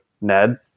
Ned